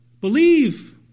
Believe